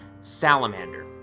Salamander